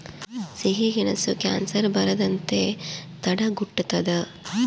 ಸಿಹಿಗೆಣಸು ಕ್ಯಾನ್ಸರ್ ಬರದಂತೆ ತಡೆಗಟ್ಟುತದ